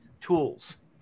tools